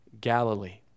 Galilee